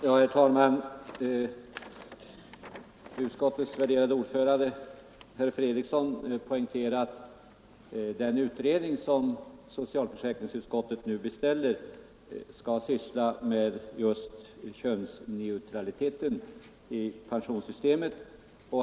Herr talman! Utskottets värderade ordförande herr Fredriksson poängterade att den utredning som socialförsäkringsutskottet nu beställer skall syssla med just könsneutraliteten i pensionssystemet.